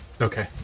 Okay